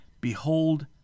behold